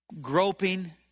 groping